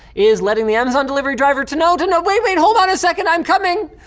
is letting the amazon delivery driver to know, to know, wait, wait, hold on a second, i'm coming.